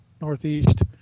northeast